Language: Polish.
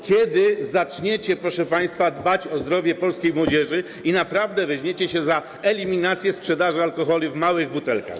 Kiedy zaczniecie, proszę państwa, dbać o zdrowie polskiej młodzieży i naprawdę weźmiecie się za eliminację sprzedaży alkoholi w małych butelkach.